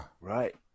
Right